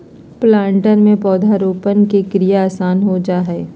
planter से पौधरोपण के क्रिया आसान हो जा हई